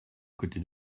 côté